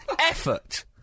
Effort